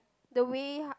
the way